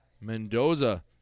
Mendoza